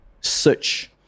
search